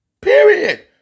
period